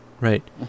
Right